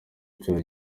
inshuro